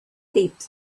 taped